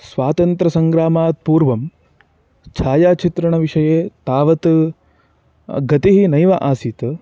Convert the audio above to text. स्वातन्त्र्यसङ्ग्रामात् पूर्वं छायाचित्रणविषये तावती गतिः नैव आसीत्